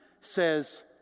says